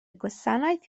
gwasanaeth